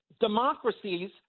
democracies